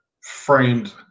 framed